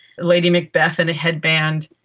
lady macbeth in a headband.